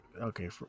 Okay